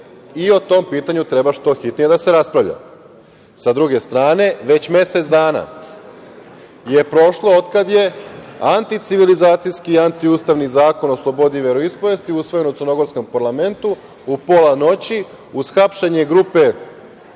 i o tom pitanju treba što hitnije da se raspravlja. Sa druge strane, već mesec dana je prošlo od kad je anticivilizacijski i anti-ustavni Zakon o slobodi veroispovesti usvojen u crnogorskom parlamentu u pola noći, uz hapšenje grupe,